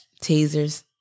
tasers